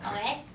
Okay